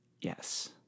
Yes